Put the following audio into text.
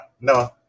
no